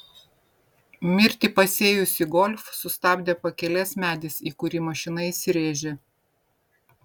mirtį pasėjusį golf sustabdė pakelės medis į kurį mašina įsirėžė